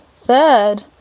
third